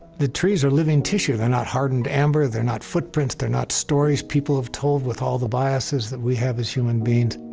the trees are living tissue. they're not hardened amber. they're not footprints. they're not stories people have told with all the biases that we have as human beings.